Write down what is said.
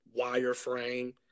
wireframe